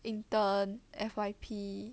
intern F_Y_P